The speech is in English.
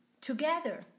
Together